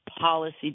Policy